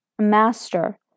Master